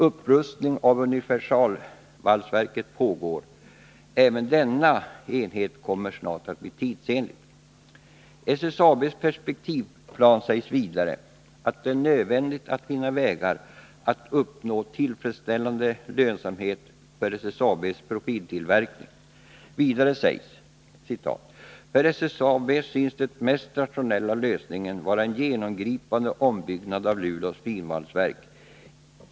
Upprustning av universalvalsverket pågår. Även denna enhet kommer snart att bli tidsenlig. I SSAB:s perspektivplan sägs vidare att det är nödvändigt att finna vägar att uppnå tillfredsställande lönsamhet för SSAB:s profiltillverkning. Vidare sägs: ”För SSAB synes den mest rationella lösningen vara en genomgripande ombyggnad av Luleås finvalsverk.